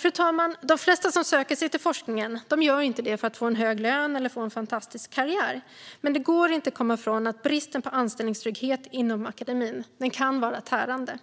Fru talman! De flesta som söker sig till forskningen gör inte det för att få en hög lön eller en fantastisk karriär. Men det går inte att komma ifrån att bristen på anställningstrygghet inom akademin kan vara tärande.